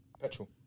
Petrol